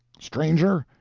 stranger,